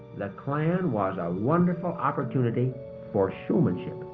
the klan was a wonderful opportunity for showmanship.